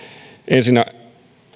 ensinnä